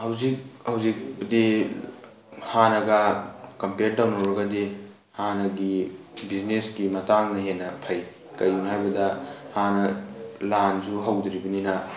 ꯍꯧꯖꯤꯛ ꯍꯧꯖꯤꯛꯇꯤ ꯍꯥꯟꯅꯒ ꯀꯝꯄꯤꯌꯔ ꯇꯧꯅꯔꯨꯔꯒꯗꯤ ꯍꯥꯟꯅꯒꯤ ꯕꯤꯖꯤꯅꯦꯁꯀꯤ ꯃꯇꯥꯡꯅ ꯍꯦꯟꯅ ꯐꯩ ꯀꯔꯤꯒꯤꯅꯣ ꯍꯥꯏꯕꯗ ꯍꯥꯟꯅ ꯂꯥꯟꯁꯨ ꯍꯧꯗ꯭ꯔꯤꯕꯅꯤꯅ